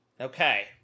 Okay